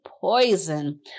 poison